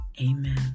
Amen